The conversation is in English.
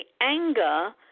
anger